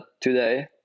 today